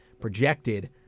projected